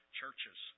churches